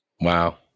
Wow